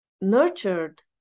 nurtured